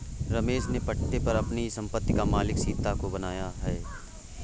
रमेश ने पट्टे पर अपनी संपत्ति का मालिक सीता को बनाया है